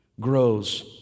grows